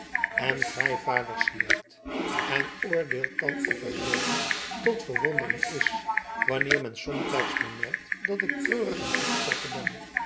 en gij vader syard en oordeelt dan of er reden tot verwondering is wanneer men somtijds bemerkt dat ik treurig en afgetrokken ben